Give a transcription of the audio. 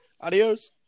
Adios